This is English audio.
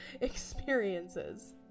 experiences